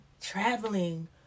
Traveling